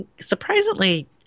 surprisingly